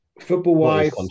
Football-wise